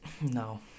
No